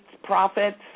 profits